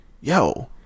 yo